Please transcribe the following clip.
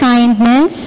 Kindness